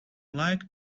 like